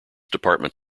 department